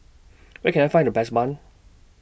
Where Can I Find The Best Bun